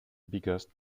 biggest